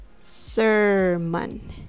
sermon